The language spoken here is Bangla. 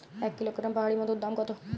এক কিলোগ্রাম পাহাড়ী মধুর দাম কত?